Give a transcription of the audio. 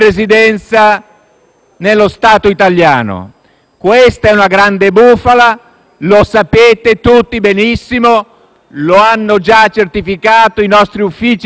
nello Stato italiano. Questa è una grande bufala, lo sapete tutti benissimo; lo hanno già certificato i nostri uffici legislativi,